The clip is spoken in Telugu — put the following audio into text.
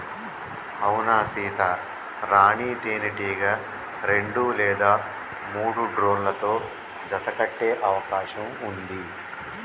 అవునా సీత, రాణీ తేనెటీగ రెండు లేదా మూడు డ్రోన్లతో జత కట్టె అవకాశం ఉంది